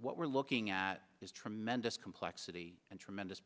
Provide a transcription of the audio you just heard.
what we're looking at is tremendous complexity and tremendous